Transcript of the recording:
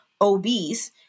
obese